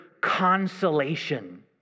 consolation